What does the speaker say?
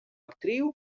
actriu